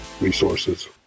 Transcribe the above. resources